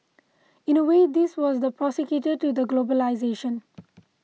in a way this was the precursor to the globalisation